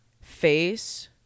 face